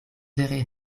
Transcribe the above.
vere